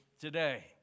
today